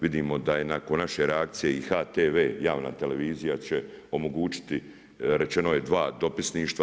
Vidimo da je i nakon naše reakcije i HTV, javna televizija će omogućiti, rečeno je dva dopisništva.